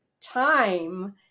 time